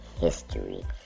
history